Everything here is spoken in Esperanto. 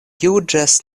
juĝas